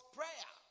prayer